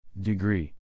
Degree